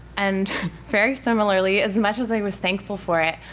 and very similarly, as much as i was thankful for it,